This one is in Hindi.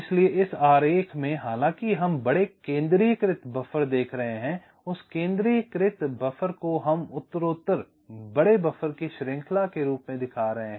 इसलिए इस आरेख में हालांकि हम बड़े केंद्रीयकृत बफर देख रहे हैं उस केंद्रीकृत बफर को हम उत्तरोत्तर बड़े बफर की श्रृंखला के रूप में दिखा रहे हैं